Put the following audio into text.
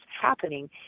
happening